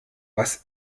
was